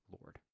Lord